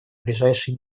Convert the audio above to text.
ближайшие